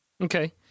Okay